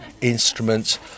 instruments